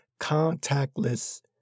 contactless